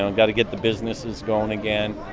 ah and got to get the businesses going again,